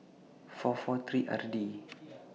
four four three R D